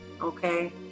Okay